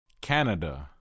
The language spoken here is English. Canada